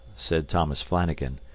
said thomas flanagan,